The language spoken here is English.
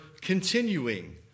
continuing